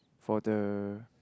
for the